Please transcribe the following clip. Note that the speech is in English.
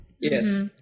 Yes